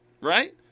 right